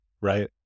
right